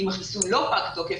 אם החיסון לא פג תוקף,